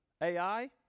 AI